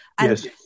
Yes